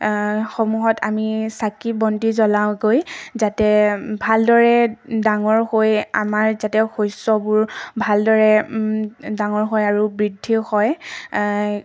সমূহত আমি চাকি বন্তি জ্বলাওঁগৈ যাতে ভালদৰে ডাঙৰ হৈ আমাৰ যাতে শস্যবোৰ ভালদৰে ডাঙৰ হয় আৰু বৃদ্ধিও হয়